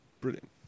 brilliant